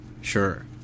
Sure